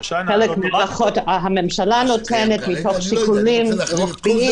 חלק מההארכות הממשלה נותנת מתוך שיקולים רוחביים